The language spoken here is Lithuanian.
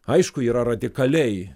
aišku yra radikaliai